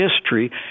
history